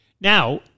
Now